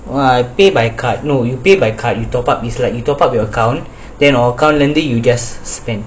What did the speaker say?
!wah! pay by card no you pay by card you top up is like you top up your account then your account then you just spend